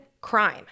crime